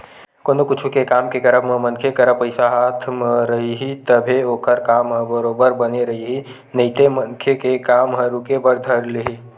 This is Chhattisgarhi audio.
कोनो कुछु के काम के करब म मनखे करा पइसा हाथ म रइही तभे ओखर काम ह बरोबर बने रइही नइते मनखे के काम ह रुके बर धर लिही